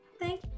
Thank